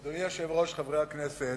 אדוני היושב-ראש, חברי הכנסת,